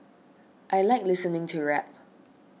I like listening to rap